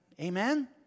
Amen